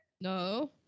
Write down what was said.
No